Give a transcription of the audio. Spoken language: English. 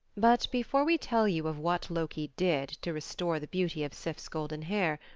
but before we tell you of what loki did to restore the beauty of sif's golden hair,